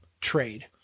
trade